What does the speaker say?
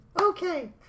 Okay